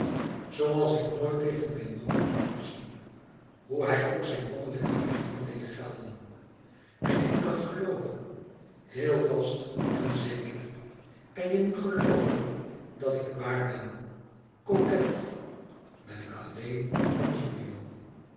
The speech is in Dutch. zooals ik nooit tegen mijn man heb opgezien hoe hij ook zijn mannelijke rechten deed gelden en je moet dat gelooven heel vast en heel zeker en je moet gelooven dat ik waar ben coquet ben ik alleen met